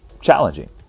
challenging